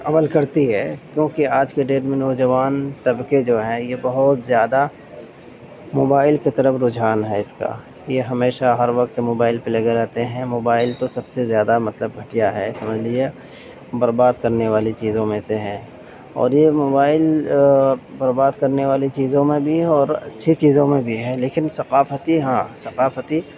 عمل کرتی ہے کیونکہ آج کے ڈیٹ میں نوجوان سب کے جو ہیں یہ بہت زیادہ موبائل کی طرف رجحان ہے اس کا یہ ہمیشہ ہر وقت موبائل پہ لگے رہتے ہیں موبائل تو سب سے زیادہ مطلب گھٹیا ہے سمجھ لیجے برباد کرنے والی چیزوں میں سے ہے اور یہ موبائل برباد کرنے والی چیزوں میں بھی ہے اور اچھی چیزوں میں بھی ہے لیکن ثقافتی ہاں ثقافتی